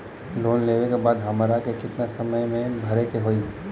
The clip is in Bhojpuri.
लोन लेवे के बाद हमरा के कितना समय मे भरे के होई?